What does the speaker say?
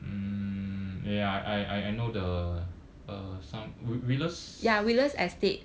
mm ya I I know the uh some wheel wheeler's